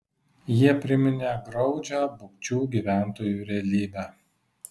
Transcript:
jie priminė graudžią bukčių gyventojų realybę